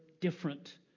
different